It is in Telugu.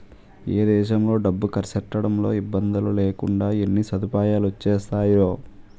ఏ దేశంలో డబ్బు కర్సెట్టడంలో ఇబ్బందిలేకుండా ఎన్ని సదుపాయాలొచ్చేసేయో